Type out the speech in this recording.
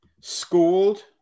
schooled